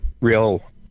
real